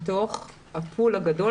מתוך ה-pool הגדול.